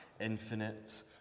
infinite